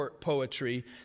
poetry